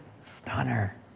stunner